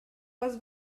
was